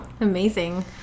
Amazing